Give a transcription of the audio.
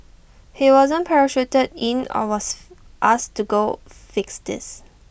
he wasn't parachuted in or was asked to go fix this